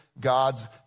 God's